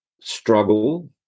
struggle